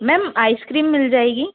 ma'am ice cream मिल जाएगी